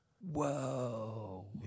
whoa